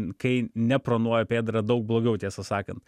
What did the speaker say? kai nepronuoja pėda yra daug blogiau tiesą sakant